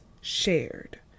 shared